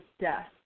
death